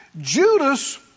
Judas